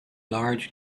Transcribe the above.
large